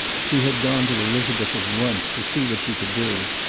she had gone to elizabeth at once, to see what she could do,